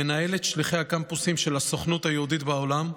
מנהלת שליחי הקמפוסים של הסוכנות היהודית בעולם,